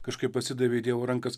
kažkaip atsidavė į dievo rankas